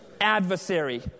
Adversary